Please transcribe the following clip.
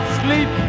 sleep